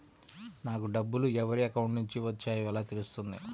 నాకు డబ్బులు ఎవరి అకౌంట్ నుండి వచ్చాయో ఎలా తెలుస్తుంది?